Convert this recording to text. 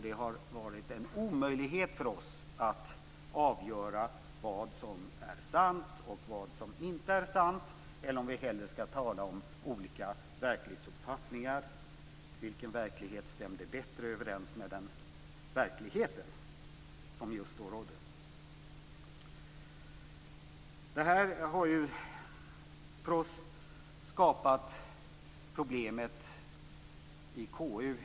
Det har varit en omöjlighet för oss att avgöra vad som är sant och vad som inte är sant, eller, om vi ska tala om olika verklighetsuppfattningar, vilken verklighet som bättre stämde överens med den verklighet som just då rådde. Detta har skapat ett problem för oss i KU.